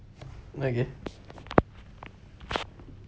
okay